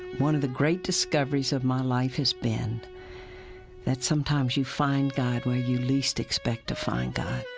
one of the great discoveries of my life has been that sometimes you find god where you least expect to find god